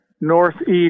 northeast